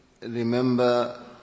remember